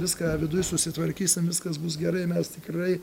viską viduj susitvarkysim viskas bus gerai mes tikrai